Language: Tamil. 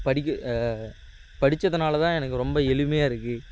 படிக்க படிச்சதுனால் தான் எனக்கு ரொம்ப எளிமையாக இருக்குது